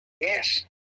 Yes